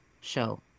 show